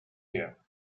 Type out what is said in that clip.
year